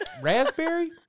Raspberry